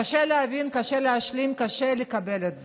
קשה להבין, קשה להשלים, קשה לקבל את זה.